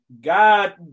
god